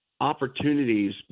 opportunities